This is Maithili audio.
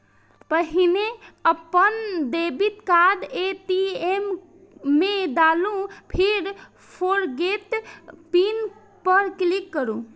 पहिने अपन डेबिट कार्ड ए.टी.एम मे डालू, फेर फोरगेट पिन पर क्लिक करू